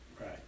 Right